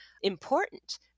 important